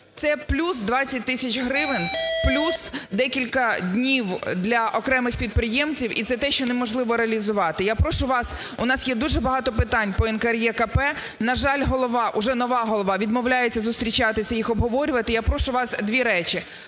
це плюс 20 тисяч гривень, плюс декілька днів для окремих підприємців і це те, що неможливо реалізувати. Я прошу вас, у нас є дуже багато питань по НКРЕКП, на жаль, голова, уже нова голова відмовляється зустрічатися їх обговорювати. Я прошу вас дві речі.